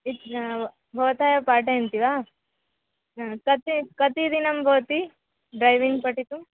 इतः भवतः पाठयन्ति वा हा कति कति दिनं भवति ड्रैविङ्ग् पठितुम्